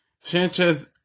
Sanchez